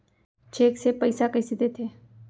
Cheque से पइसा कइसे देथे?